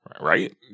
right